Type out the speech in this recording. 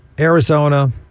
Arizona